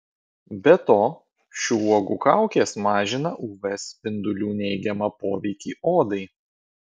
be to šių uogų kaukės mažina uv spindulių neigiamą poveikį odai